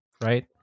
right